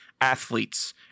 athletes